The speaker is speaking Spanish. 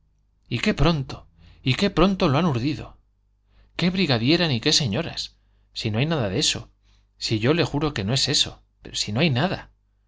y qué pronto qué pronto la han urdido qué brigadiera ni qué señoronas si no hay nada de eso si yo le juro que no es eso si no hay nada